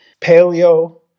paleo